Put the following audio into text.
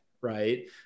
right